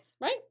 right